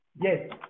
Yes